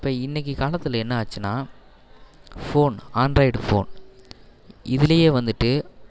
இப்போ இன்றைக்கி காலத்தில் என்ன ஆச்சுன்னா ஃபோன் ஆண்ட்ராய்டு ஃபோன் இதுலேயே வந்துட்டு